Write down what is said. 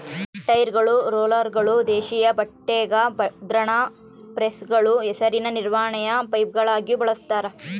ಟೈರ್ಗಳು ರೋಲರ್ಗಳಲ್ಲಿ ದೇಶೀಯ ಬಟ್ಟೆಗ ಮುದ್ರಣ ಪ್ರೆಸ್ಗಳು ಕೆಸರಿನ ನಿರ್ವಹಣೆಯ ಪೈಪ್ಗಳಿಗೂ ಬಳಸ್ತಾರ